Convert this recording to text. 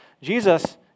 Jesus